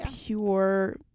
pure